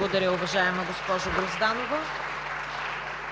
(Ръкопляскания.)